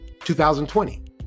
2020